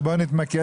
הנתונים